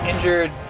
injured